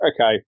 okay